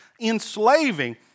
enslaving